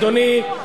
אדוני,